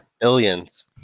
Billions